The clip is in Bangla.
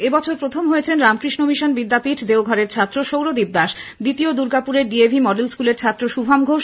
এ বছর প্রথম হয়েছেন রামকৃষ্ণ মিশন বিদ্যাপীঠ দেওঘরের ছাত্র সৌরদীপ দাস দ্বিতীয় দুর্গাপুরের ডিএভি মডেল স্কুলের ছাত্র শুভম ঘোষ